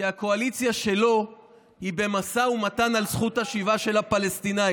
כי הקואליציה שלו היא במשא ומתן על זכות השיבה של הפלסטינים,